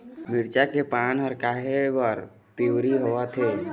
मिरचा के पान हर काहे बर पिवरी होवथे?